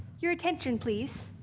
your attention please.